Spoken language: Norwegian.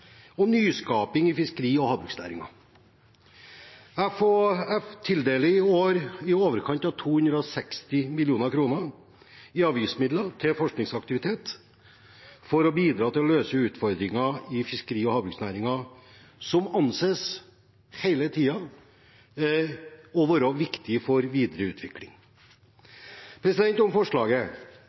og nyskaping i fiskeri- og havbruksnæringen. FHF tildeler i år i overkant av 260 mill. kr i avgiftsmidler til forskningsaktivitet for å bidra til å løse utfordringer i fiskeri- og havbruksnæringen, noe som hele tiden anses å være viktig for videre utvikling. Om forslaget: